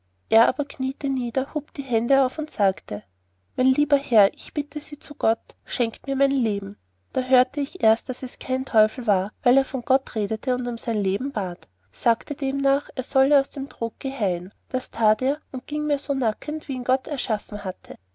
er aber knieete nieder hub die hände auf und sagte min leve heer ick bidde ju doer gott schinckt mi min levend da hörete ich erst daß es kein teufel war weil er von gott redete und um sein leben bat sagte demnach er sollte sich aus dem trog geheien das tät er und gieng mit mir so nackend wie ihn gott erschaffen hatte